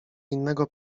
innego